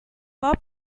pop